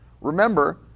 Remember